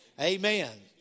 Amen